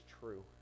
true